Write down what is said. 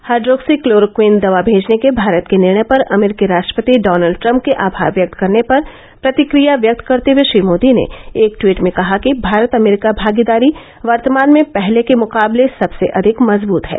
hydroxychloroquine दवा भेजने के भारत के निर्णय पर अमरीकी राष्ट्रपति डॉनल्ड ट्रम्प के आभार व्यक्त करने पर प्रतिक्रिया व्यक्त करते हए श्री मोदी ने एक टवीट में कहा कि भारत अमरीका भागीदारी वर्तमान में पहले के मुकाबले सबसे अधिक मजबत है